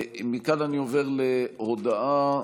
אני עובר להודעה.